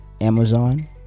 Amazon